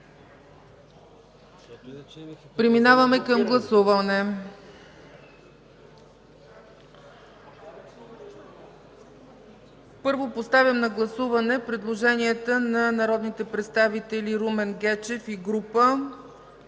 Преминаваме към гласуване. Първо поставям на гласуване предложението на народните представители Гечев, Нинова,